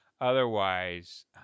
Otherwise